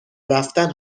رفتن